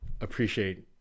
appreciate